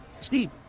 Steve